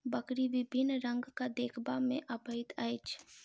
बकरी विभिन्न रंगक देखबा मे अबैत अछि